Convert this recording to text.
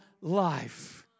life